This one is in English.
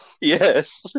Yes